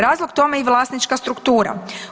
Razlog tome je i vlasnička struktura.